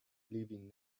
leaving